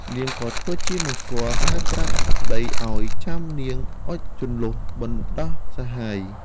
នាងក៏ធ្វើជាមិនស្គាល់ ហើយប្រាប់ប្ដីឱ្យចាំនាងអុជចន្លុះបណ្ដោះសហាយ។